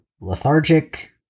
lethargic